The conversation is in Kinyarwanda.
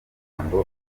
amagambo